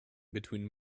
between